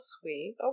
sweet